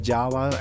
Java